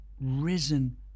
risen